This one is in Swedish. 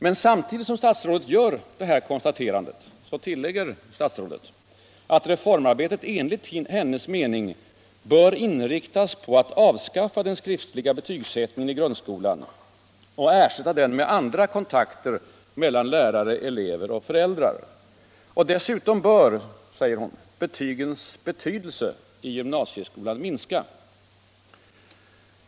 Men samtidigt som statsrådet gör detta konstaterande tillägger statsrådet att reformarbetet enligt hennes mening ”bör inriktas på att avskaffa den skriftliga betygsättningen i grundskolan och ersätta den med andra kontakter mellan lärare, elever och föräldrar”. Dessutom bör, säger hon, ”betygens betydelse i gymnasieskolan minska”.